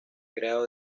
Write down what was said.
creado